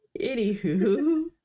anywho